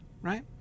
right